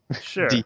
Sure